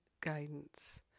guidance